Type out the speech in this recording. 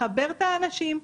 לחבר את האנשים.